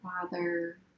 father